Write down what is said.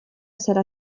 zara